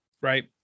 right